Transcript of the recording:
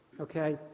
okay